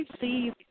see